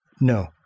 No